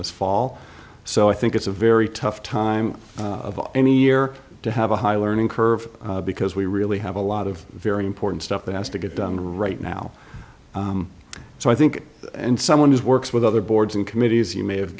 this fall so i think it's a very tough time of any year to have a high learning curve because we really have a lot of very important stuff that has to get done right now so i think and someone is works with other boards and committees you may have